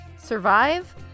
survive